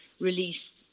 release